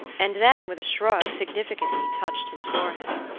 and then, with a shrug, significantly touched his forehead.